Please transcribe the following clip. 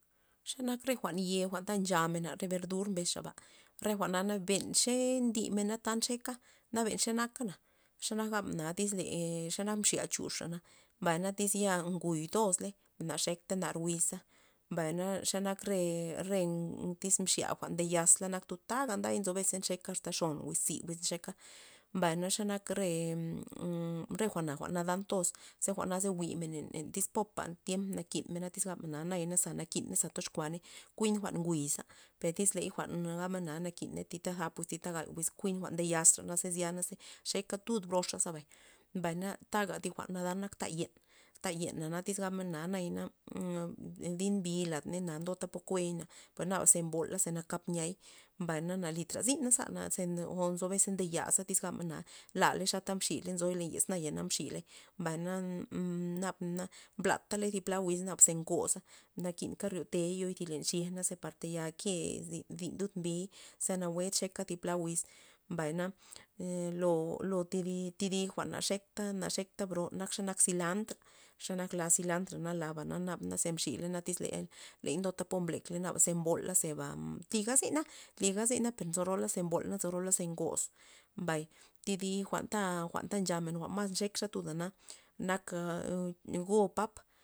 Xe nak re jwa'n ye jwa'n ta nchamen re berdur mbes xaba, re jwa'na ben xe ndymena ta nxeka na ben xe nakana xa xen ze naka, xanak tyz mxi'a chuxana mbay na tyz ya nguy tozley na xekta nar wiz za mbay xe nak re re tyz mxya nde yazla nak taga nday nzo bes ze nxeka asta xon o tzi wiz ncheka mbay xe nak re re jwa'na na dan toz ze jwa'na ze jwi'men len tyz popa tiemp nakinmena iz gabmen na nayana za nakina za tyoxkuaney ku'in jwa'n nguyza, per tyz ley jwa'n gabna na nakina len ty zap gay wiz pues ku'in jwa'n ndo yaztra zyasa xeka tud broxa zebay, mbay taga thi jwa'n nadan nak ta yen ta yena tyz gabmen na naya dib mbi ladney ndotapo kuey per naba ze mbola ze nakap yiay mbay na nalitra zyna za ze nzo bes ze nde yaza tyz gabmen laley xata mxiley tata nzoy naya mxiley mbay na nabana blatey thi pla wiz naba ze ngoz, nakinka ryotey yoy len thi xiej za par taya nke zyn ndin lud mbiy ze nawue nxeka ty pla wiz, mbay ee lo- lo thidi- thidi jwa'n na xekta na xekta bro nak silantr xa nak la silantr laba na ze mxi len tyz ley- ley popa po mblekley ze mbola zeba tliga zyna tliga per nzo rola ze mbol nzo rola ze ngoz mbay thi jwa'n ta jwa'nta nchamen jwa'n mas nxek la tuda na na nak am ngo pap.